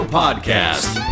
podcast